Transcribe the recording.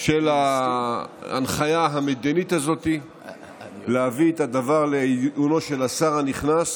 של ההנחיה המדינית הזאת להביא את הדבר לעיונו של השר הנכנס,